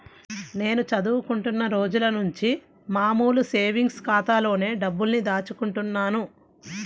నేను చదువుకుంటున్న రోజులనుంచి మామూలు సేవింగ్స్ ఖాతాలోనే డబ్బుల్ని దాచుకుంటున్నాను